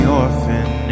orphan